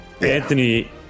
Anthony